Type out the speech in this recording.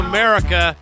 America